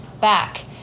back